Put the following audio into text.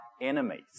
enemies